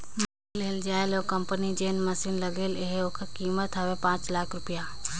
माएन लेहल जाए ओ कंपनी में जेन मसीन लगे ले अहे ओकर कीमेत हवे पाच लाख रूपिया